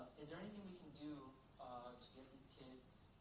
is there anything we can do to get these kids